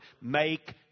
make